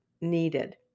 needed